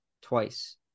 twice